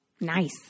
Nice